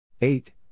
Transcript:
Eight